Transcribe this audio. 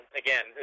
again